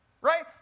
right